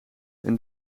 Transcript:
een